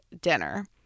dinner